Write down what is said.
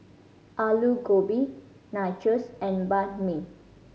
Alu Gobi Nachos and Banh Mi